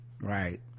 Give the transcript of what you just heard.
right